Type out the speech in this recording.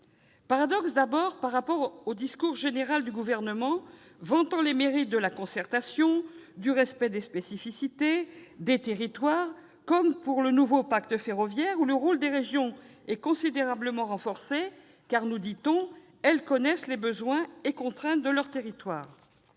Paradoxe, d'abord, au regard du discours général du Gouvernement vantant les mérites de la concertation et le respect des spécificités des territoires. Ainsi, dans le cadre du nouveau pacte ferroviaire, le rôle des régions est considérablement renforcé, car, nous dit-on, elles connaissent les besoins et les contraintes de leurs territoires.